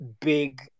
big